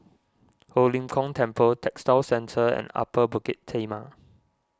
Ho Lim Kong Temple Textile Centre and Upper Bukit Timah